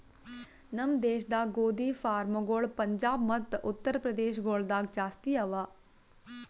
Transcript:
ನಮ್ ದೇಶದಾಗ್ ಗೋದಿ ಫಾರ್ಮ್ಗೊಳ್ ಪಂಜಾಬ್ ಮತ್ತ ಉತ್ತರ್ ಪ್ರದೇಶ ಗೊಳ್ದಾಗ್ ಜಾಸ್ತಿ ಅವಾ